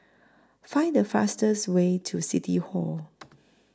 Find The fastest Way to City Hall